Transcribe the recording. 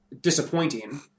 disappointing